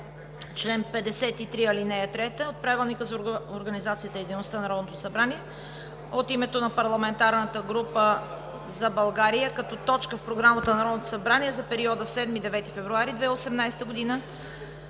чл. 53, ал. 3 от Правилника за организацията и дейността на Народното събрание от името на парламентарната група на „БСП за България“: като точка в Програмата на Народното събрание за периода 7 – 9 февруари 2018 г. да